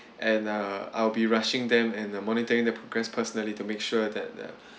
and uh I'll be rushing them and uh monitoring the progress personally to make sure that uh